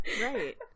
right